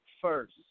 first